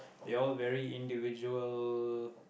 they all very individual